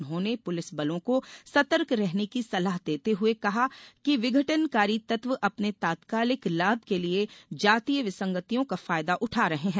उन्होंने पुलिस बलों को सतर्क रहने की सलाह देते हुए कहा कि विभाघटनकारी तत्व अपने तात्कालिक लाभ के लिए जातीय विसंगतियों का फायदा उठा रहे हैं